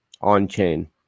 on-chain